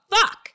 fuck